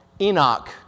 Enoch